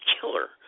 killer